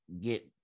get